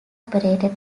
operated